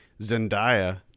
Zendaya